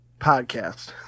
podcast